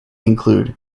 include